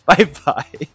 Bye-bye